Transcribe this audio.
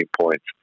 points